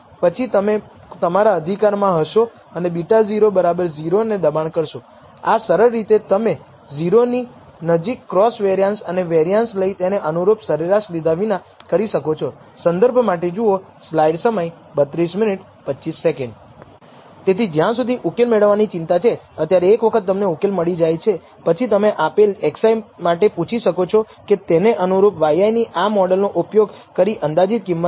તેથી એકવાર F વિતરણમાંથી આ મેળવીએ ત્યારે આપણને આ થ્રેશોલ્ડ મળ્યો અને જો સ્ટેટિસ્ટિક થ્રેશોલ્ડ કરતા વધી જશે તો આપણે નલ પૂર્વધારણાને નકારીશું અને કહીશું કે સંપૂર્ણ મોડેલ ઘટાડેલા મોડેલ કરતાં વધુ સારું છે આપણે પૂર્ણ મોડેલ સ્વીકારીશું અથવા આપણે કહીશું કે આપણે અસ્વીકારીએ છીએ સંપૂર્ણ મોડેલની તરફેણમાં ઘટાડેલા મોડેલને કે જે સ્લોપ પરિમાણ મોડેલમાં શામેલ હોવાને યોગ્ય છે આપણે વધુ સારી t મેળવીશું